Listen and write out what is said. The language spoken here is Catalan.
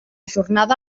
jornada